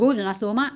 mm